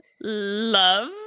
love